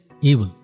evil